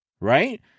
Right